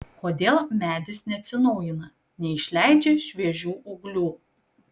kodėl medis neatsinaujina neišleidžia šviežių ūglių